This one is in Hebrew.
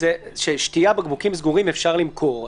שתייה, בקבוקים סגורים, אפשר למכור.